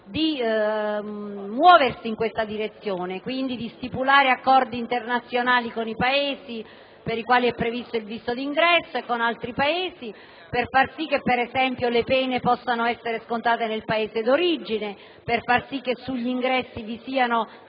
di muoversi in tale direzione stipulando accordi internazionali con i Paesi per i quali è previsto il visto di ingresso e anche con gli altri, per far sì che, per esempio, le pene possano essere scontate nel Paese di origine e che sugli ingressi vi siano